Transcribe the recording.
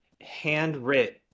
handwritten